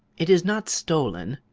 it is not stolen,